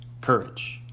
courage